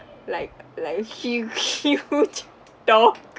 like like hu~ huge dog